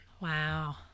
Wow